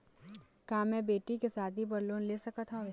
का मैं बेटी के शादी बर लोन ले सकत हावे?